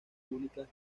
públicas